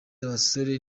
abasore